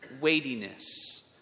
weightiness